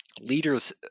leaders